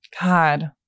God